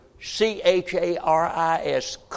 C-H-A-R-I-S